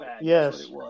Yes